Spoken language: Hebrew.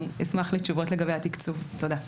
אשמח לתשובות לגבי התקצוב, תודה.